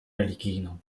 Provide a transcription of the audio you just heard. religijną